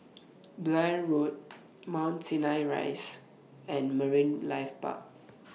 Blair Road Mount Sinai Rise and Marine Life Park